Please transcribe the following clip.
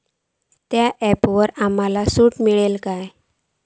त्या ऍपवर आमका सूट गावतली काय?